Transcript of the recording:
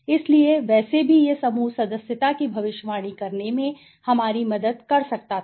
इसलिए वैसे भी यह समूह सदस्यता की भविष्यवाणी करने में हमारी मदद कर सकता था